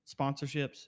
sponsorships